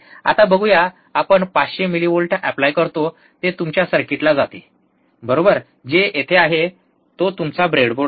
आता बघूया आपण 500 मिलीव्होल्ट ऎप्लाय करतो ते तुमच्या सर्किटला जाते बरोबर जे इथे आहे तो तुमचा ब्रेडबोर्ड आहे